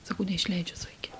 sakau neišleidžia zuiki